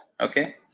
Okay